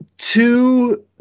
Two